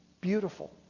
beautiful